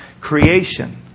creation